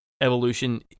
evolution